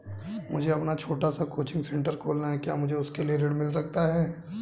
मुझे अपना छोटा सा कोचिंग सेंटर खोलना है क्या मुझे उसके लिए ऋण मिल सकता है?